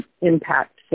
impact